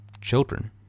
children